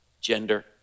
Gender